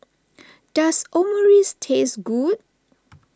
does Omurice taste good